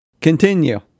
Continue